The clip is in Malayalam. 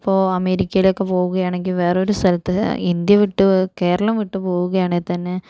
നമ്മൾ ഇപ്പോൾ അമേരിക്കയിൽ ഒക്കെ പോകുവാണെങ്കിൽ വേറെ ഒരു സ്ഥലത്ത് ഇന്ത്യ വിട്ട് കേരളം വിട്ട് പോകുവാണെങ്കിൽ തന്നെ